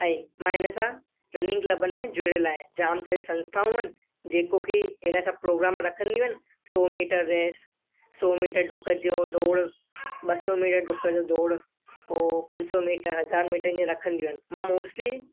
ऐं मां हिन सां रनिंग क्लबनि में जुड़ियलु आहियां जाम सारी संस्थाऊं आहिनि जेको की अहिड़ा सभु प्रोग्राम रखंदियूं आहिनि सौ मीटर रेस सौ मीटर डुक जो दौड़ ॿ सौ मीटर डुक जो दौड़ पोइ पंज सौ मीटर हज़ार मीटर ईअं रखंदियूं आहिनि मां मोस्टली